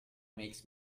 makes